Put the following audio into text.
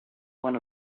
one